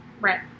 right